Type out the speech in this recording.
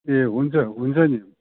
ए हुन्छ हुन्छ नि